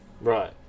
Right